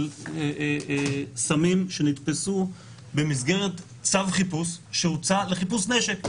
של סמים שנתפסו במסגרת צו חיפוש שהוצא לחיפוש נשק.